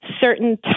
certain